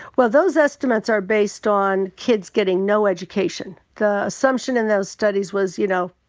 well, those estimates are based on kids getting no education. the assumption in those studies was, you know,